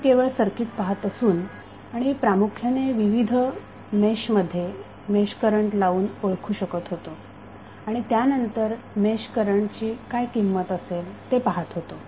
आपण केवळ सर्किट पाहत असून आणि प्रामुख्याने विविध मेश मध्ये मेश करंट लावून ओळखू शकत होतो आणि त्यानंतर मेश करंटची काय किंमत असेल ते पाहत होतो